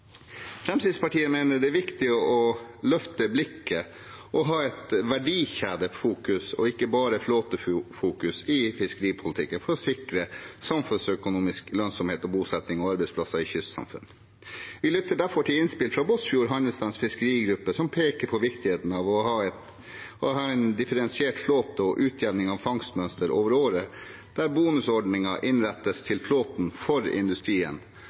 Fremskrittspartiet mener det er viktig å løfte blikket og ha et verdikjedefokus og ikke bare et flåtefokus i fiskeripolitikken, for å sikre samfunnsøkonomisk lønnsomhet og bosetting og arbeidsplasser i kystsamfunn. Vi lytter derfor til innspill fra Båtsfjord Handelsstands Fiskerigruppe, som peker på viktigheten av å ha en differensiert flåte og utjevning av fangstmønstre over året, der bonusordningen innrettes til flåten for industrien